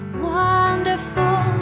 Wonderful